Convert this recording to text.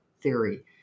theory